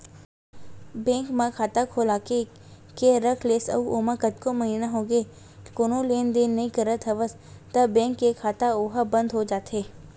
bank म खाता खोलाके के रख लेस अउ ओमा कतको महिना होगे कोनो लेन देन नइ करत हवस त बेंक के खाता ओहा बंद हो जाथे